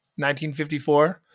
1954